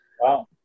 Wow